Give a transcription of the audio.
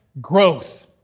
growth